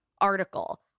Article